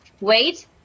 Wait